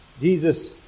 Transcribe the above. Jesus